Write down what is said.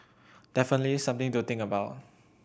definitely something to think about